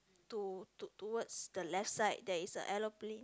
to~ to~ towards the left side there is a aeroplane